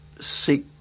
seek